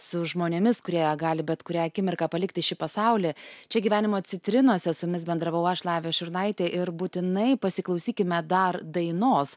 su žmonėmis kurie gali bet kurią akimirką palikti šį pasaulį čia gyvenimo citrinose su jumis bendravau aš lavija šurnaitė ir būtinai pasiklausykime dar dainos